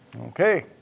Okay